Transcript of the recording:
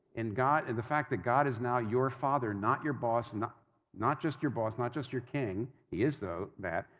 and and the fact that god is now your father, not your boss, and not just your boss, not just your king, he is though, that.